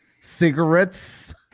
cigarettes